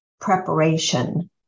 preparation